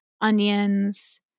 onions